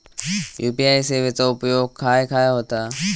UPI सेवेचा उपयोग खाय खाय होता?